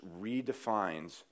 redefines